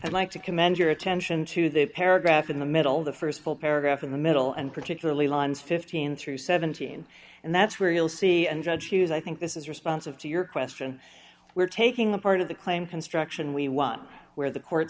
i'd like to commend your attention to the paragraph in the middle of the st full paragraph in the middle and particularly lines fifteen through seventeen and that's where you'll see and judge hughes i think this is responsive to your question we're taking the part of the claim construction we want where the court